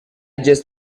just